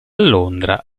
londra